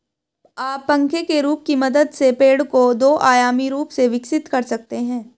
आप पंखे के रूप की मदद से पेड़ को दो आयामी रूप से विकसित कर सकते हैं